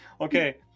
okay